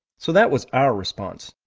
so that was our response.